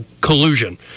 collusion